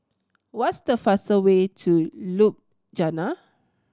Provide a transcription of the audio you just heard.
what is the fastest way to Ljubljana